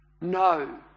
No